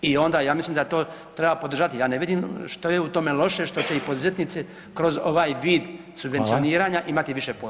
I onda ja mislim da to treba podržati, ja ne vidim što je u tome loše što će i poduzetnici kroz ovaj vid subvencioniranja [[Upadica: Hvala.]] imati više posla.